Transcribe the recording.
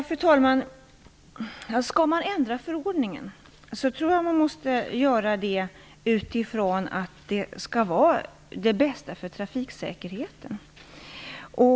Fru talman! Skall man ändra i förordningen, tror jag att man måste göra det utifrån trafiksäkerhetens bästa.